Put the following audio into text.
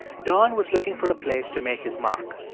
don was looking for a place to make his mark.